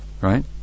right